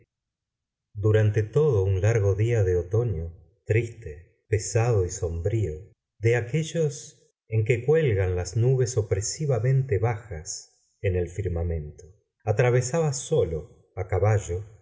durante todo un largo día de otoño triste pesado y sombrío de aquellos en que cuelgan las nubes opresivamente bajas en el firmamento atravesaba solo a caballo